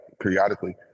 periodically